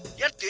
yes,